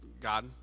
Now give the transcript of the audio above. God